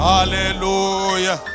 Hallelujah